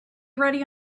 ready